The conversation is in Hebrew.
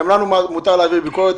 גם לנו מותר להעביר ביקורת.